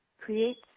creates